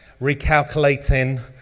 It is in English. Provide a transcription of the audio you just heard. recalculating